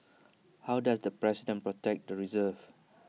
how does the president protect the reserve